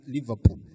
Liverpool